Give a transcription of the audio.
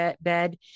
bed